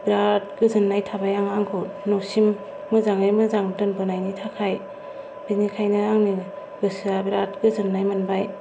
बिराद गोजोन्नाय थाबाय आं आंखौ नसिम मोजाङै मोजां दोनबोनायनि थाखाय बिनिखायनो आंनि गोसोआ बिराद गोजोन्नाय मोनबाय